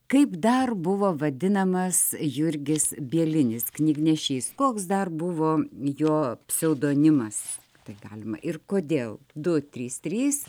kaip dar buvo vadinamas jurgis bielinis knygnešys koks dar buvo jo pseudonimas taip galima ir kodėl du trys trys